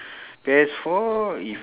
P_S four if